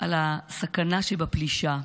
על הסכנה שבפלישה,